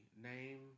Name